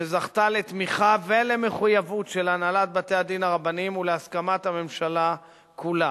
שזכתה לתמיכה ולמחויבות של הנהלת בתי-הדין הרבניים ולהסכמת הממשלה כולה,